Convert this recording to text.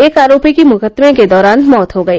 एक आरोपी की मुकदमे के दौरान मौत हो गई